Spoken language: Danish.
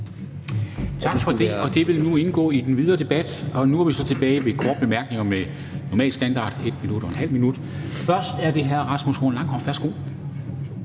Tak for det. Det vil indgå i den videre debat. Nu er vi så tilbage ved korte bemærkninger med standarden 1 minut og ½ minut. Først er det hr. Rasmus Horn Langhoff. Værsgo.